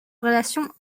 relations